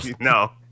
no